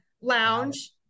Lounge